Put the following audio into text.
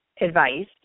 advice